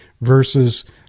versus